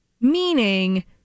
meaning